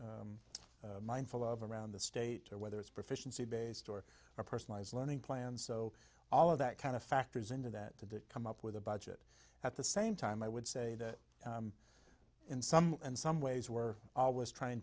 mindful of around the state or whether it's proficiency based or a personalized learning plan so all of that kind of factors into that to come up with a budget at the same time i would say that in some and some ways we're always trying